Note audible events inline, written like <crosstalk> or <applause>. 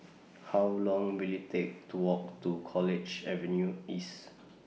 <noise> How Long Will IT Take to Walk to College Avenue East